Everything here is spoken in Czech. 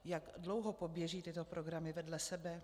Jak dlouho poběží tyto programy vedle sebe?